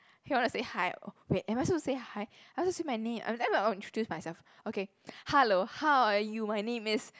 he want to say hi oh wait am I supposed to say hi I want to say my name let me introduce myself okay hello how are you my name is